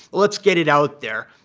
let's get it out there.